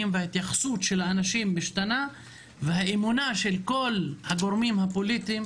וההתייחסות של האנשים משתנה וכל הגורמים הפוליטיים,